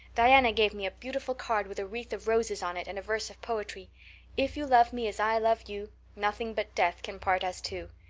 diana gave me a beautiful card with a wreath of roses on it and a verse of poetry if you love me as i love you nothing but death can part us two.